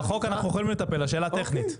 לא, בחוק אנחנו יכולים לטפל, השאלה טכנית?